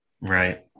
Right